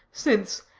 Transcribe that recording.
since,